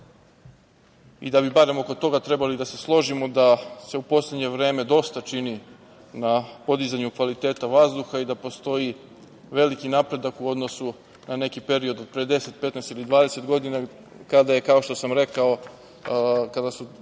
i da bi barem oko toga trebali da se složimo da se u poslednje vreme dosta čini na podizanju kvaliteta vazduha i da postoji veliki napredak u odnosu na neki period od pre 10, 15 ili 20 godina, kada su, kao što sam rekao, ekološki